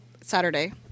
Saturday